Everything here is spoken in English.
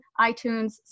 iTunes